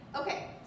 Okay